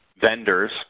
vendors